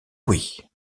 oui